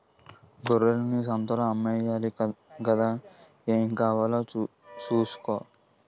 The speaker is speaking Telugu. గొర్రెల్ని సంతలో అమ్మేయాలి గదా ఏం కావాలో సూసుకో